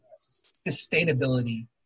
sustainability